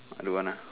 I don't want lah